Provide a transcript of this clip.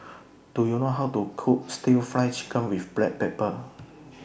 Do YOU know How to Cook Stir Fry Chicken with Black Pepper